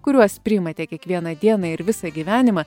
kuriuos priimate kiekvieną dieną ir visą gyvenimą